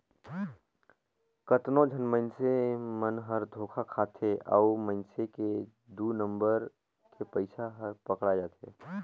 कतनो झन मइनसे मन हर धोखा खाथे अउ मइनसे के दु नंबर के पइसा हर पकड़ाए जाथे